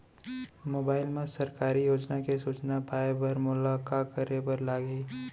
mobile मा सरकारी योजना के सूचना पाए बर मोला का करे बर लागही